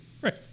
Right